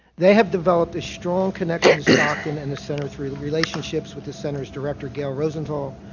they have developed a strong connection to stockton and the center through the relationships with the center's director gail rosenthal,